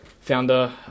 Founder